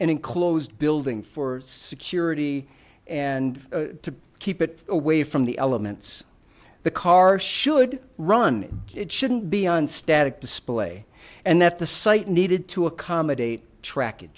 an enclosed building for security and to keep it away from the elements the car should run it shouldn't be on static display and that the site needed to accommodate track